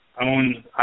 own